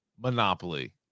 monopoly